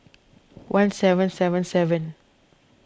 one seven seven seven